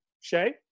Shay